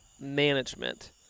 management